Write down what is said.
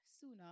sooner